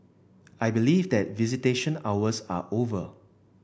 I believe that visitation hours are over